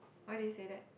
why did you say that